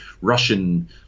russian